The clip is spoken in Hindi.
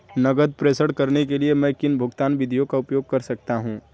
नकद प्रेषण करने के लिए मैं किन भुगतान विधियों का उपयोग कर सकता हूँ?